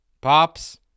pops